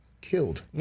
killed